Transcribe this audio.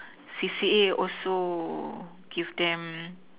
C_C_A also give them